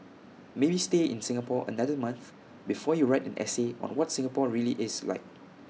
maybe stay in Singapore another month before you write an essay on what Singapore really is like